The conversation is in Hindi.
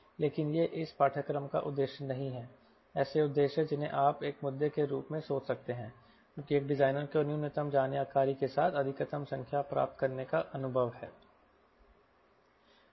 लेकिन यह इस पाठ्यक्रम का उद्देश्य नहीं है ऐसे उद्देश्य जिन्हें आप एक मुद्दे के रूप में सोच सकते हैं क्योंकि एक डिजाइनर को न्यूनतम जानकारी के साथ अधिकतम संख्या प्राप्त करने का अनुभव है